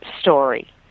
story